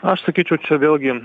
aš sakyčiau čia vėlgi